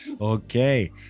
Okay